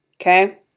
Okay